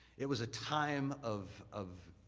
it was a time of of